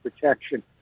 protection